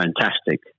fantastic